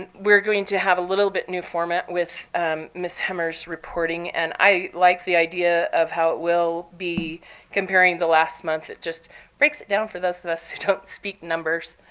and we're going to have a little bit new format with miss hemmer's reporting. and i like the idea of how it will be comparing the last month. it just breaks it down for those of us who don't speak numbers,